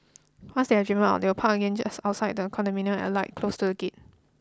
once they have driven out they will park again just outside the condominium and alight close to the gate